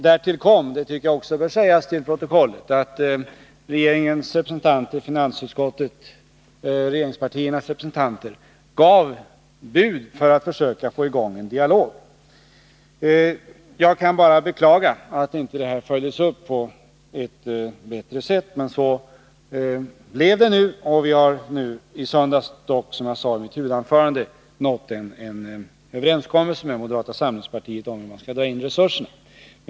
Därtill kommer — det tycker jag också får sägas till protokollet — att regeringspartiernas representanter i finansutskottet gav bud för att försöka få i gång en dialog. Jag kan bara beklaga att de inte följts upp på ett bättre sätt. Men så blev det inte.I söndags, nåddes dock en överenskommelse med moderata samlingspartiet om hur man skall dra in resurserna.